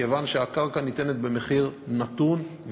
כיוון שהקרקע ניתנת במחיר נתון,